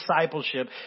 discipleship